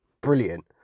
Brilliant